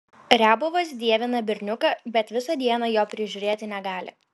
riabovas dievina berniuką bet visą dieną jo prižiūrėti negali